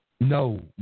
No